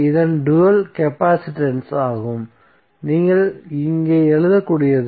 இதன் dual capacitance ஆகும் நீங்கள் இங்கே எழுதக்கூடியது